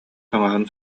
таҥаһын